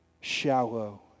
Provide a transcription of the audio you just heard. shallow